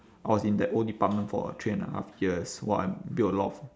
I was in that old department for three and a half years !wah! I built a lot of